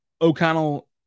O'Connell